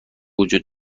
وجود